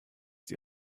die